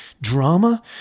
drama